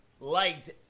liked